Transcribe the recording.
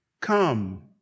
Come